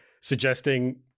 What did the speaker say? suggesting